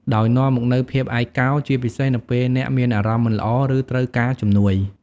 ដោយនាំមកនូវ ភាពឯកកោ ជាពិសេសនៅពេលអ្នកមានអារម្មណ៍មិនល្អ ឬត្រូវការជំនួយ។